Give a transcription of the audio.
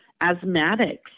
Asthmatics